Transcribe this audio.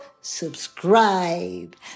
subscribe